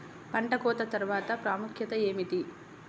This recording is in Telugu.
పంట కోత తర్వాత ప్రాముఖ్యత ఏమిటీ?